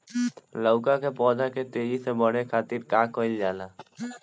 लउका के पौधा के तेजी से बढ़े खातीर का कइल जाला?